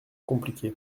compliquée